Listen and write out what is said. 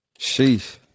Sheesh